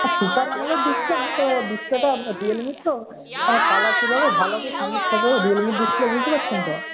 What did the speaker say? super AMOLED display হয় তো ডিসপ্লেটা রিয়েলমির তো মানে কালারফুল হবে ভালো হবে স্মুথ হবে রিয়েলমির ডিসপ্লে বুঝতে পারছেন তো